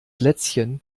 lätzchen